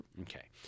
Okay